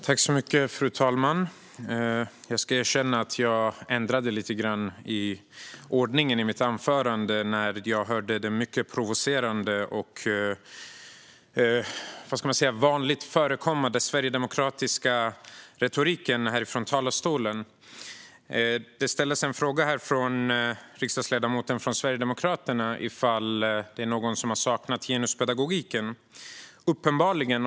Fru talman! Jag ska erkänna att jag ändrade lite grann i ordningen i mitt anförande när jag hörde den mycket provocerande - men vanligt förekommande - sverigedemokratiska retoriken från talarstolen. Det ställdes en fråga från Sverigedemokraternas företrädare om huruvida det är någon som har saknat genuspedagogiken. Ja, uppenbarligen.